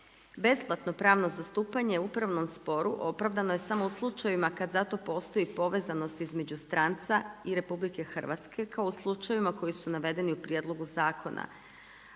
Besplatno pravno zastupanje u upravnom sporu opravdano je samo u slučajevima kad za to postoji povezanost između stranca i RH, kao u slučajevima koji su navedeni u prijedlogu zakona,